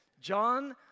John